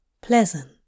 pleasant